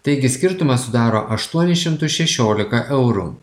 taigi skirtumas sudaro aštuonis šimtus šešiolika eurų